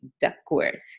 duckworth